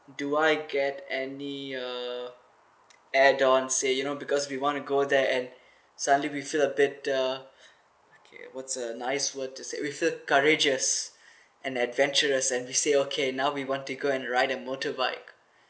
do I get any uh add on say you know because we want to go there and suddenly we feel a bit uh okay what's a nice word to say we feel courageous and adventurous and we say okay now we want to go and ride the motorbike